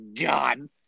god